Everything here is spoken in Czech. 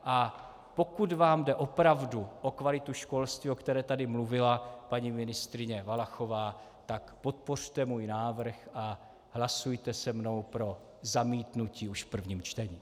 A pokud vám jde opravdu o kvalitu školství, o které tady mluvila paní ministryně Valachová, tak podpořte můj návrh a hlasujte se mnou pro zamítnutí už v prvním čtení.